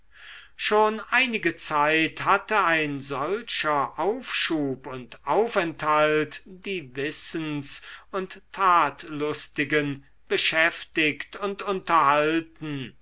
schon einige zeit hatte ein solcher aufschub und aufenthalt die wissens und tatlustigen beschäftigt und unterhalten